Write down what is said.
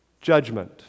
judgment